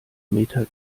meter